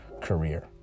career